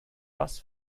bass